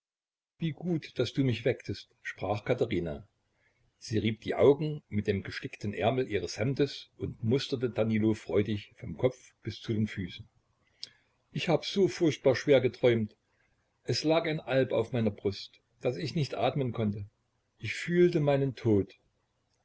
wie gut daß du mich wecktest sprach katherina sie rieb die augen mit dem gestickten ärmel ihres hemdes und musterte danilo freudig vom kopf bis zu den füßen ich hab so furchtbar schwer geträumt es lag ein alb auf meiner brust daß ich nicht atmen konnte ich fühlte meinen tod